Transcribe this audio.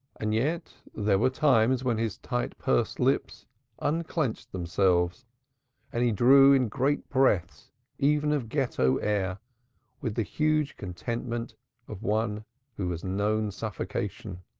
and yet there were times when his tight-pursed lips unclenched themselves and he drew in great breaths even of ghetto air with the huge contentment of one who has known suffocation.